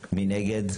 נגד?